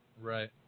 Right